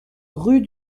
rue